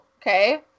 Okay